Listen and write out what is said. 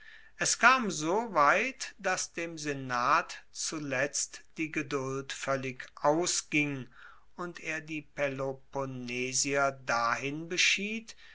es kam so weit dass dem senat zuletzt die geduld voellig ausging und er die peloponnesier dahin beschied